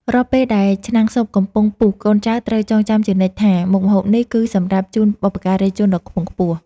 រាល់ពេលដែលឆ្នាំងស៊ុបកំពុងពុះកូនចៅត្រូវចងចាំជានិច្ចថាមុខម្ហូបនេះ គឺសម្រាប់ជូនបុព្វការីជនដ៏ខ្ពង់ខ្ពស់។